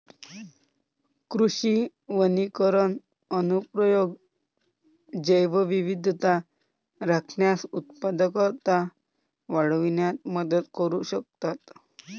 कृषी वनीकरण अनुप्रयोग जैवविविधता राखण्यास, उत्पादकता वाढविण्यात मदत करू शकतात